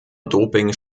doping